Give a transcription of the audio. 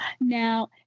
Now